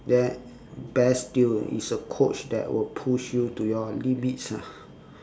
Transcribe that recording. then best still is a coach that will push you to your limits ah